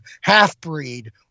half-breed